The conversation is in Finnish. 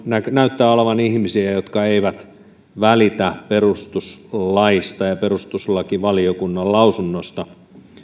näyttää olevan ihmisiä jotka eivät välitä perustuslaista ja perustuslakivaliokunnan lausunnosta